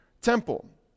temple